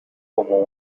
como